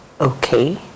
Okay